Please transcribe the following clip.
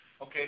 Okay